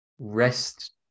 rest